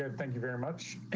ah thank you very much.